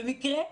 במקרה,